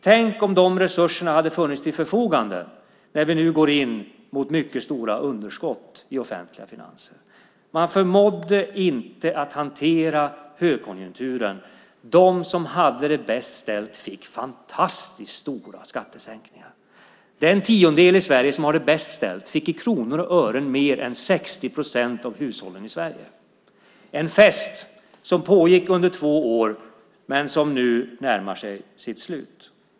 Tänk om de resurserna hade funnits till förfogande när vi nu går mot mycket stora underskott i offentliga finanser. Man förmådde inte att hantera högkonjunkturen. Den tiondel i Sverige som har det bäst ställt fick i kronor och ören mer än 60 procent av hushållen i Sverige. Det var en fest som pågick under två år men som nu närmar sig sitt slut.